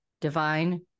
Divine